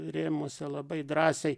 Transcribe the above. rėmuose labai drąsiai